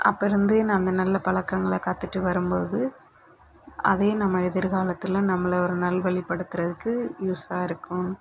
அப்பருந்தே நான் அந்த நல்ல பழக்கங்களை கற்றுட்டு வரும்போது அதே நம்ம எதிர்காலத்தில் நம்பளை ஒரு நல்வழிப்படுத்துறதுக்கு யூஸ்சாக இருக்கும்